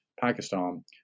Pakistan